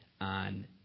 on